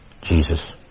Jesus